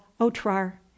Otrar